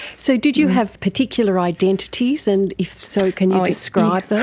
so did you have particular identities, and if so can you describe